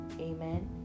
Amen